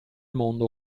mondo